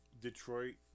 Detroit